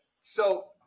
so-